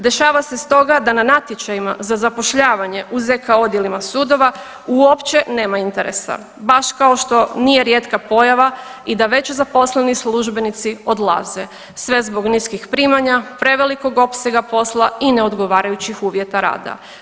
Dešava se stoga da na natječajima za zapošljavanje u ZK odjelima sudova uopće nema interesa baš kao što nije rijetka pojava i da već zaposleni službenici odlaze sve zbog niskih primanja, prevelikog opsega posla i neodgovarajućih uvjeta rada.